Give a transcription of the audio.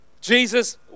Jesus